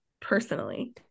personally